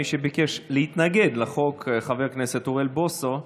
מי שביקש להתנגד לחוק, חבר הכנסת אוריאל בוסו,